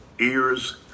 ears